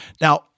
now